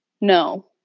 no